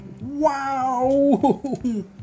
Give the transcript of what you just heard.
Wow